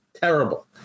Terrible